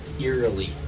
eerily